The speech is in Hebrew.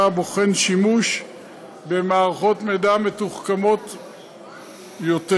הבוחן שימוש במערכות מידע מתוחכמות יותר.